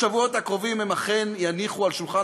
בשבועות הקרובים הם אכן יניחו על שולחן